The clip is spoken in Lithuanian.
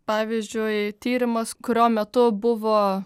pavyzdžiui tyrimas kurio metu buvo